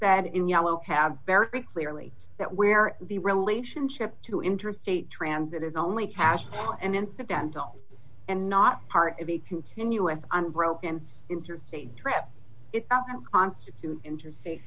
said in yellow cab very clearly that where the relationship to interstate transit is only passed and incidental and not part of a continuous unbroken interstate trip constitute interst